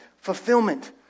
fulfillment